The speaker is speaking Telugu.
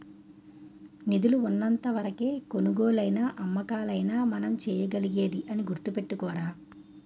నిధులు ఉన్నంత వరకే కొనుగోలైనా అమ్మకాలైనా మనం చేయగలిగేది అని గుర్తుపెట్టుకోరా